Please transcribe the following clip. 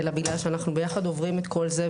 אלא בגלל שאנחנו ביחד עוברים את כל זה,